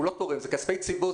הוא לא תורם, זה כספי ציבור.